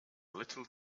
little